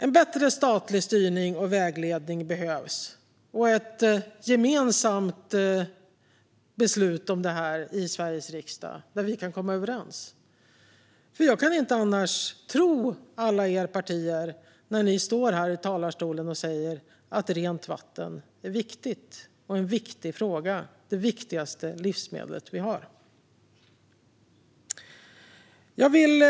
En bättre statlig styrning och vägledning behövs liksom ett gemensamt beslut om det i Sveriges riksdag där vi kan komma överens. Annars kan jag inte tro på alla partier när deras företrädare står här i talarstolen och säger att rent vatten är viktigt, en viktig fråga och det viktigaste livsmedlet vi har. Fru talman!